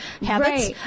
habits